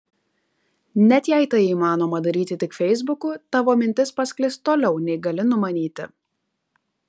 net jei tai įmanoma daryti tik feisbuku tavo mintis pasklis toliau nei gali numanyti